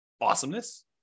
Awesomeness